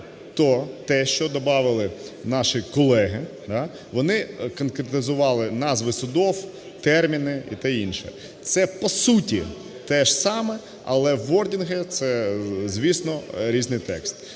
те, що добавили наші колеги, да, вони конкретизували назви судів, терміни і те інше. Це по суті те ж саме, але wording – це, звісно, різний текст.